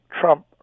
Trump